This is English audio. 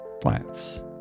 Plants